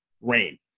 rain